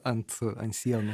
ant ant sienų